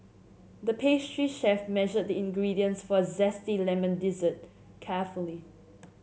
the pastry chef measured the ingredients for a zesty lemon dessert carefully